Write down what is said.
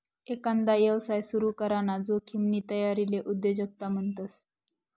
एकांदा यवसाय सुरू कराना जोखिमनी तयारीले उद्योजकता म्हणतस